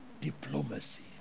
Diplomacy